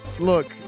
Look